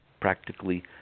practically